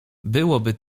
byłoby